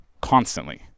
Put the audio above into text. constantly